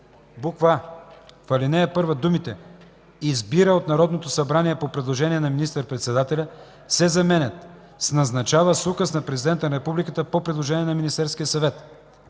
8: а) в ал. 1 думите „избира от Народното събрание по предложение на министър-председателя” се заменят с „назначава с указ на президента на републиката по предложение на Министерския съвет”;